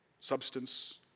substance